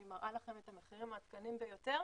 אני מראה לכם את המחירים העדכניים ביותר.